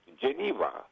Geneva